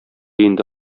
инде